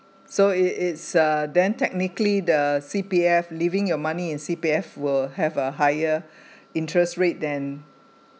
so it it's uh then technically the C_P_F leaving your money in C_P_F will have a higher interest rate than